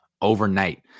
overnight